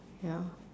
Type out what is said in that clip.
ya